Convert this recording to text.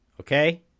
Okay